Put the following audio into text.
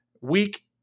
week